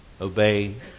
obey